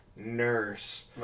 Nurse